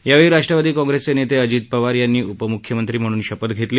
यावेळी राष्ट्रवादी काँग्रेसचे नेते अजित पवार यांनी उपमुख्यमंत्री म्हणून शपथ घेतली